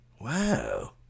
Wow